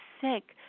sick